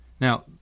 Now